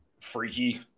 freaky